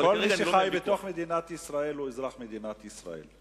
כל מי שחי בתוך מדינת ישראל הוא אזרח מדינת ישראל.